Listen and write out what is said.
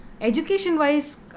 Education-wise